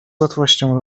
łatwością